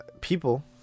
people